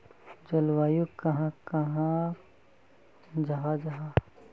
जलवायु कहाक कहाँ जाहा जाहा?